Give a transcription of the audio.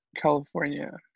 California